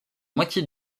moitié